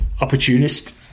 opportunist